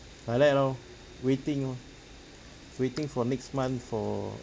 like that lor waiting lor waiting for next month for